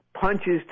punches